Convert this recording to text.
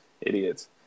Idiots